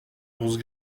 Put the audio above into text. ours